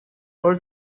her